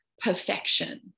perfection